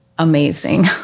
Amazing